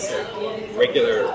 regular